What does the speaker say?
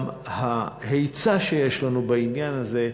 גם ההיצע שיש לנו בעניין הזה,